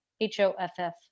h-o-f-f